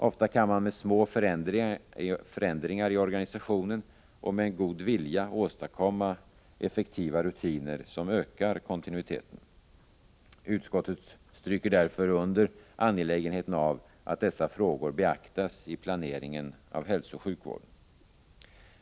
Ofta kan man med små förändringar i organisationen och med en god vilja åstadkomma effektiva rutiner, som ökar kontinuiteten. Utskottet stryker därför under angelägenheten av att dessa frågor beaktas i planeringen av hälsooch sjukvården.